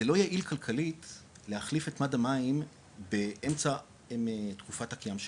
זה לא יעיל כלכלית להחליף את מד המים באמצע תקופת הקיום שלו,